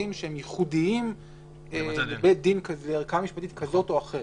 שהם ייחודיים לערכאה משפטית כזאת או אחרת.